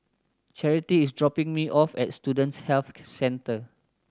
Charity is dropping me off at Student Health Centre